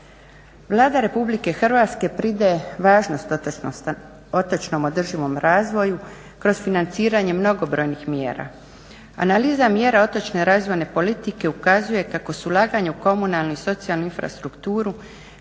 Vlada Republike Hrvatske pridaje važnost otočnom održivom razvoju kroz financiranje mnogobrojnih mjera. Analiza mjera otočne razvojne politike ukazuje kako su ulaganja u komunalnu i socijalnu infrastrukturu